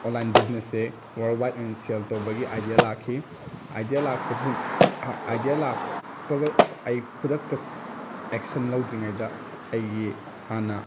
online ꯕꯤꯖꯤꯅꯦꯁꯁꯦ ꯋꯥꯔꯜ ꯋꯥꯏꯠ ꯁꯦꯜ ꯇꯧꯕꯒꯤ ꯑꯥꯏꯗꯤꯌꯥ ꯂꯥꯛꯈꯤ ꯑꯥꯏꯗꯤꯌꯥ ꯂꯥꯛꯄꯒ ꯑꯩ ꯈꯨꯗꯛꯇ ꯑꯦꯛꯁꯟ ꯂꯧꯗ꯭ꯔꯤꯉꯩꯗ ꯑꯩꯒꯤ ꯍꯥꯟꯅ